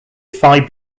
phi